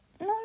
No